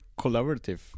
collaborative